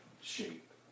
shape